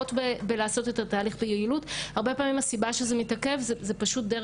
ולצערי זה דבר שלוקח זמן ומתפזר בין